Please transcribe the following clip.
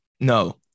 No